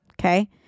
Okay